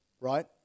right